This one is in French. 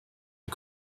des